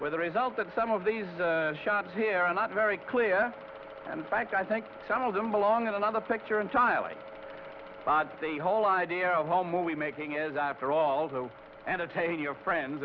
with the result that some of these shots here are not very clear and in fact i think some of them belong in another picture entirely the whole idea of home movie making is after all to entertain your friends